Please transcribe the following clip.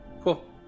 Cool